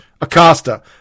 Acosta